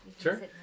Sure